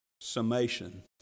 summation